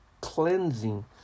cleansing